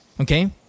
Okay